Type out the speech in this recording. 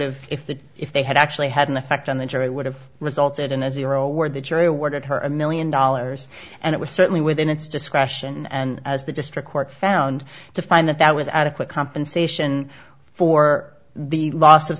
have if the if they had actually had an effect on the jury it would have resulted in a zero where the jury awarded her a million dollars and it was certainly within its discretion and as the district court found to find that that was adequate compensation for the loss of